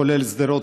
כולל שדרות,